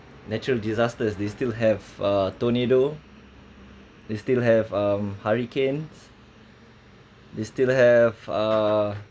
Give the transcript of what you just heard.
natural disasters they still have a tornado they still have um hurricanes they still have uh